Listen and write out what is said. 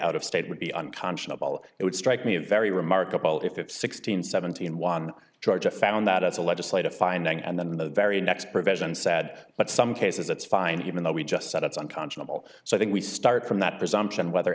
out of state would be unconscionable it would strike me a very remarkable if if sixteen seventeen one georgia found that as a legislative finding and then the very next provision said but some cases that's fine even though we just said it's unconscionable so i think we start from that presumption whether